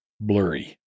blurry